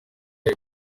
ayo